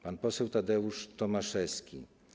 Pan poseł Tadeusz Tomaszewski.